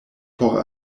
por